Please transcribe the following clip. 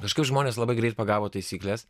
kažkaip žmonės labai greit pagavo taisykles